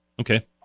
Okay